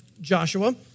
Joshua